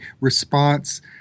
response